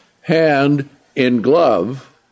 hand-in-glove